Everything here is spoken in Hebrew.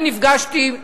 אני נפגשתי,